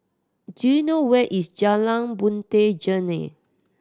do you know where is Jalan Puteh Jerneh